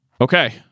Okay